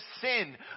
sin